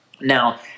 Now